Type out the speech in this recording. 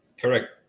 Correct